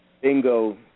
Bingo